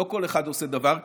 לא כל אחד עושה דבר כזה.